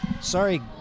Sorry